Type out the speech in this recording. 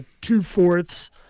two-fourths